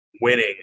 winning